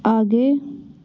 आगे